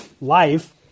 life